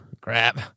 Crap